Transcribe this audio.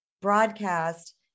broadcast